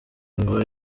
ngo